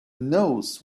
knows